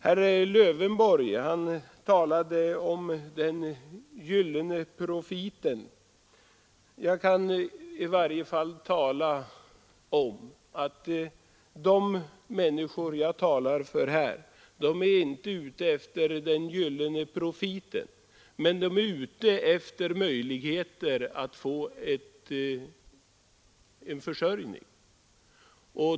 Herr Lövenborg talade om den gyllene profiten. Jag kan nämna att de människor jag här talar för inte är ute efter den gyllene profiten, utan de är ute efter möjligheter att få en försörjning.